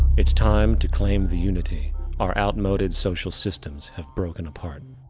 it's time to claim the unity our outmoded social systems have broken apart,